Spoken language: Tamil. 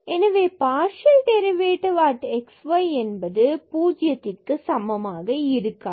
எனவே பார்சியல் டெரிவேடிவ் at xy என்பது 0க்கு சமமாக இருக்காது